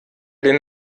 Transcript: den